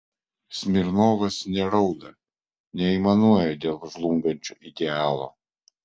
smirnovas nerauda neaimanuoja dėl žlungančio idealo